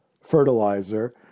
fertilizer